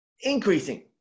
Increasing